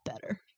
better